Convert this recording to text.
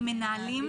עם מנהלים?